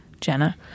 Jenna